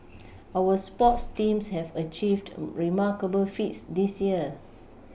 our sports teams have achieved remarkable feats this year